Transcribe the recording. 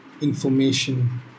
Information